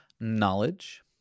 Knowledge